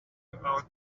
our